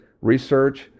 research